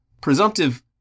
presumptive